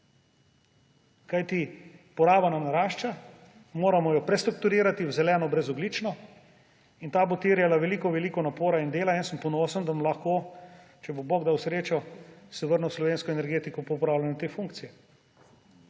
kajti poraba nam narašča, moramo jo prestrukturirati v zeleno, brezogljično. In ta bo terjala veliko veliko napora in dela in jaz sem ponosen, da bom lahko, če bo bog dal srečo, se vrnil v slovensko energetiko po opravljanju te funkcije.